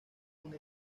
una